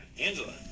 Angela